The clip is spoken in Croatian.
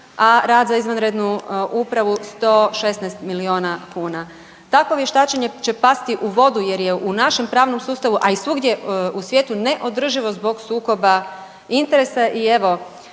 a rad za izvanrednu upravu 116 milijuna kuna. Takvo vještačenje će pasti u vodu jer je u našem pravnom sustavu, a i svugdje u svijetu neodrživo zbog sukoba interesa. I evo